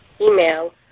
email